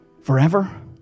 forever